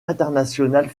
internationale